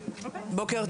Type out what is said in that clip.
בוקר